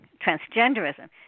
transgenderism